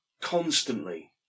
constantly